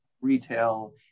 retail